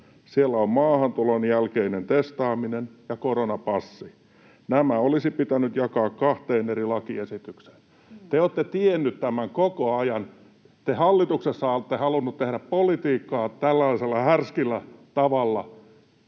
siellä on maahantulon jälkeinen testaaminen ja koronapassi. Nämä olisi pitänyt jakaa kahteen eri lakiesitykseen.” Te olette tiennyt tämän koko ajan. Te hallituksessa olette halunneet tehdä politiikkaa tällaisella härskillä tavalla